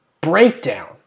breakdown